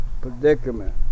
predicament